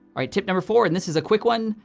right, tip number four, and this is a quick one,